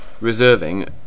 reserving